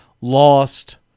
lost